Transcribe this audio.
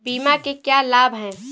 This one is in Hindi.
बीमा के क्या लाभ हैं?